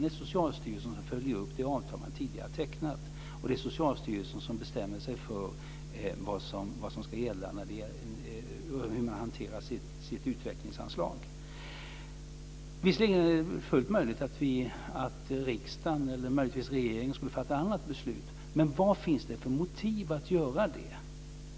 Det är Socialstyrelsen som följer upp det avtal man har tecknat tidigare. Det är Socialstyrelsen som bestämmer hur man hanterar sitt utvecklingsanslag. Det är visserligen fullt möjligt att riksdagen eller möjligtvis regeringen skulle fatta ett annat beslut. Men vad finns det för motiv att göra det?